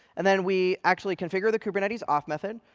and then we actually configure the kubernetes auth method,